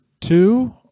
two